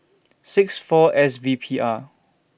six four S V P R